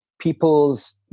people's